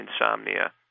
insomnia